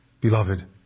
Beloved